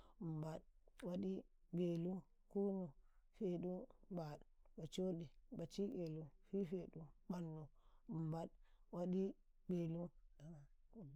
﻿himbaɗ waɗi, belu, kunu, fedu, baɗ, bacoɗi, baci'elu, fifeɗu, ɓannu, himbaɗ, waɗi, belu, kunu.